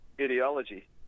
ideology